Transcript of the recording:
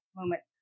moment